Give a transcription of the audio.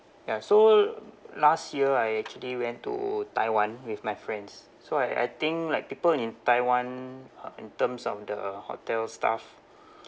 ya so last year I actually went to taiwan with my friends so I I think like people in taiwan uh in terms of the hotel staff